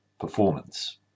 performance